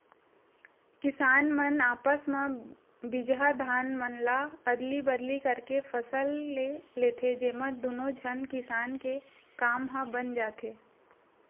किसान मन आपस म बिजहा धान मन ल अदली बदली करके फसल ले लेथे, जेमा दुनो झन किसान के काम ह बन जाथे